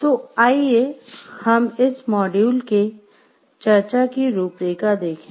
तो आइए हम इस मॉड्यूल के चर्चा की रूपरेखा देखें